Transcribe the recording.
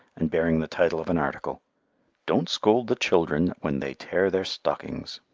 and bearing the title of an article don't scold the children when they tear their stockings.